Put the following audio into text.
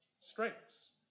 strengths